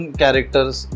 characters